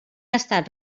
estat